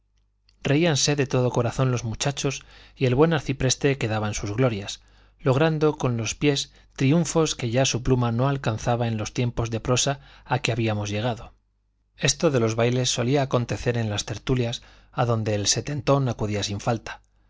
reíanse de todo corazón los muchachos y el buen arcipreste quedaba en sus glorias logrando con los pies triunfos que ya su pluma no alcanzaba en los tiempos de prosa a que habíamos llegado esto de los bailes solía acontecer en las tertulias a donde el setentón acudía sin falta